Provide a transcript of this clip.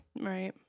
Right